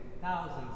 thousands